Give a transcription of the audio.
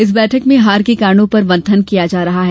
इस बैठक में हार के कारणों पर मंथन किया जा रहा है